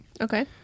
Okay